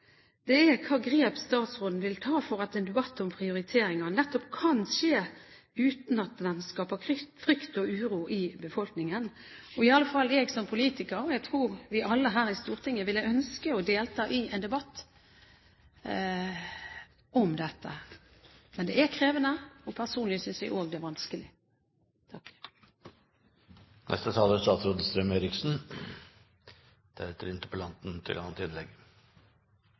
er hvilke grep statsråden vil ta for at en debatt om prioriteringer nettopp kan skje uten at den skaper frykt og uro i befolkningen. Og i alle fall jeg som politiker – og jeg tror vi alle her i Stortinget – ønsker å delta i en debatt om dette. Men det er krevende, og personlig synes jeg også det er vanskelig. Min første reaksjon etter å ha hørt interpellanten